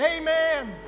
amen